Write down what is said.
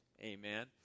Amen